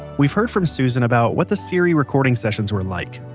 we've heard from susan about what the siri recordings session were like,